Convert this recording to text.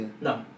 No